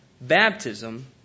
baptism